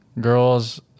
girls